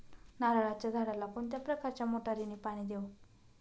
नारळाच्या झाडाला कोणत्या प्रकारच्या मोटारीने पाणी देऊ?